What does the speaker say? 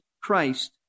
Christ